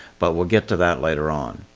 but we'll get to that later on.